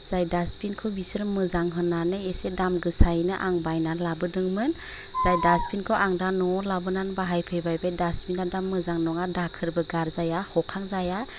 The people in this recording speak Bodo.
जाय डास्टबिनखौ बिसोरो मोजां होननानै एसे दाम गोसायैनो आं बायनानै लाबोदोंमोन जाय डास्टबिनखौ आं दा न'वाव लाबोनानै बाहायफैबाय बे डास्टबिना दा मोजां नङा दाखोरबो गारजाया हखांजाया